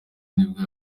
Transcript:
nibwo